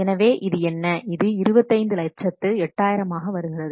எனவே இது என்ன இது 25 08000 ஆக வருகிறது